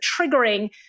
triggering